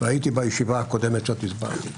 הייתי בישיבה הקודמת, כשהסברת את זה.